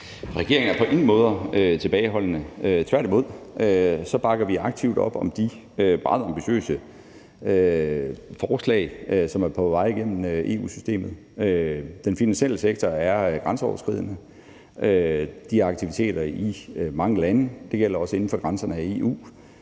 Regeringen er på ingen måder tilbageholdende. Tværtimod bakker vi aktivt op om de meget ambitiøse forslag, som er på vej igennem EU-systemet. Den finansielle sektor er grænseoverskridende. De har aktiviteter i mange lande, og det gælder også inden for grænserne af EU.